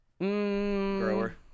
Grower